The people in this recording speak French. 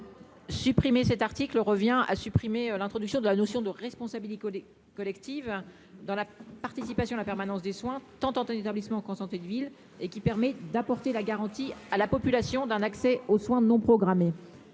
supprimer cet article revient à supprimer l'introduction de la notion de responsabilit collective dans la participation à la permanence des soins tentante, un établissement contenter de ville et qui permet d'apporter la garantie à la population d'un accès aux soins non programmés,